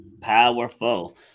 powerful